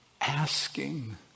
asking